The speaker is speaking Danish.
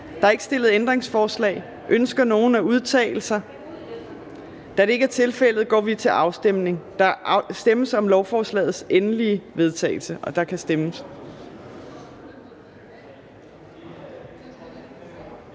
Der er ikke stillet ændringsforslag. Ønsker nogen at udtale sig? Da det ikke er tilfældet, går vi til afstemning. Kl. 14:39 Afstemning Fjerde næstformand (Trine Torp): Der stemmes